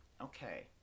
Okay